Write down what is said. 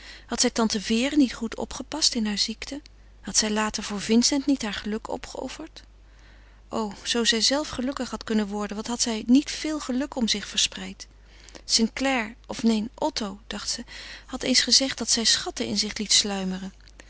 had zij tante vere niet goed opgepast in hare ziekte had zij later voor vincent niet haar geluk opgeofferd o zoo zijzelve gelukkig had kunnen worden wat had zij niet veel geluk om zich verspreid st clare of neen otto dacht ze had eens gezegd dat zij schatten in zich liet sluimeren